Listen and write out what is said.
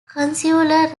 consular